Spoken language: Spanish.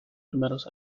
primeros